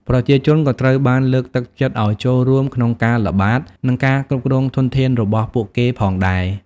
ប្រជាជនក៏ត្រូវបានលើកទឹកចិត្តឲ្យចូលរួមក្នុងការល្បាតនិងការគ្រប់គ្រងធនធានរបស់ពួកគេផងដែរ។